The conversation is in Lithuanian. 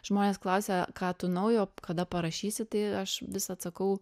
žmonės klausia ką tu naujo kada parašysi tai aš vis atsakau